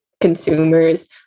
consumers